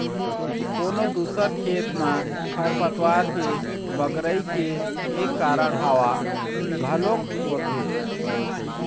कोनो दूसर खेत म खरपतवार के बगरई के एक कारन हवा घलोक होथे